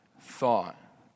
thought